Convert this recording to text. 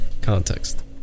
context